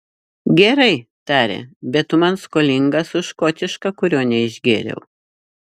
gerai tarė bet tu man skolingas už škotišką kurio neišgėriau